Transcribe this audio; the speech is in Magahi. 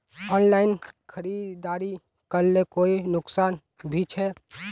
ऑनलाइन खरीदारी करले कोई नुकसान भी छे?